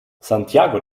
santiago